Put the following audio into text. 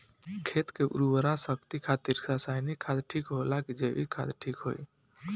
खेत के उरवरा शक्ति खातिर रसायानिक खाद ठीक होला कि जैविक़ ठीक होई?